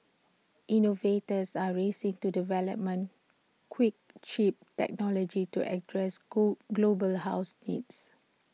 innovators are racing to development quick cheap technology to address go global house needs